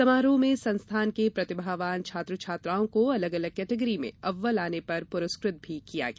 समारोह में संस्थान के प्रतिभावान छात्रा छात्राओं को अलग अलग केटेगिरी में अव्वल आने पर प्रस्कृत भी किया गया